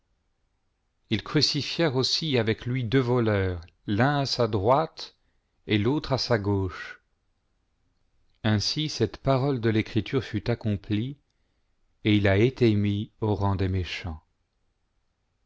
ils crucifièrent aussi avec lui deux voleurs l'un à sa droite et l'autre à sa gauche ainsi cette parole de l'écriture fut accomplie et il a été mis au rang des méchants